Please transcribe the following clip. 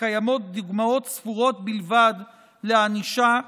וקיימות דוגמאות ספורות בלבד לענישה כאמור.